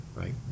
right